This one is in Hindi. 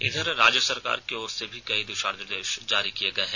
इधर राज्य सरकार की ओर से भी कई दिशा निर्देश जारी किये गये हैं